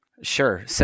Sure